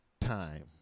time